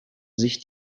sich